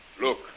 Look